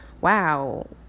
wow